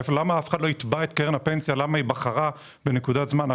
אף אחד לא יתבע את קרן הפנסיה מדוע היא בחרה בנקודת זמן מסוימת.